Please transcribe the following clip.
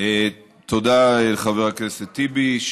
תודה, חבר הכנסת טיבי.